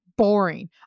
boring